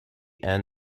and